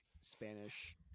Spanish